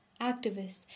activists